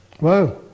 Wow